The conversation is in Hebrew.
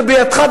זה בידך,